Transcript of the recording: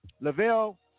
Lavelle